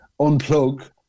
unplug